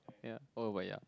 ya oh but ya